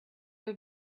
will